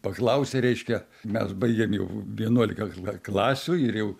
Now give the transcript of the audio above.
paklausė reiškia mes baigėm jau vienuolika kla klasių ir jau